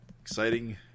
Exciting